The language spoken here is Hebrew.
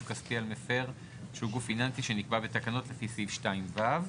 כספי על מפר שהוא גוף פיננסי שנקבע בתקנות לפי סעיף 2 ו'.